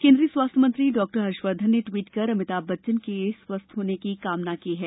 केन्द्रीय स्वास्थ्य मंत्री डाक्टर हर्षवर्द्वन ने ट्वीट कर अमिताभ बच्चन के स्वास्थ्य की कामना की है